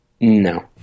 No